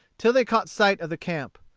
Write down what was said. till they caught sight of the camp.